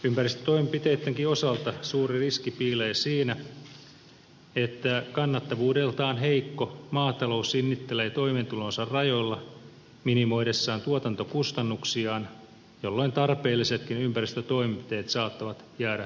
ympäristötoimenpiteittenkin osalta suuri riski piilee siinä että kannattavuudeltaan heikko maatalous sinnittelee toimeentulonsa rajoilla minimoidessaan tuotantokustannuksiaan jolloin tarpeellisetkin ympäristötoimenpiteet saattavat jäädä toteutumatta